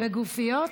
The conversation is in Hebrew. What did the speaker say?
בגופיות?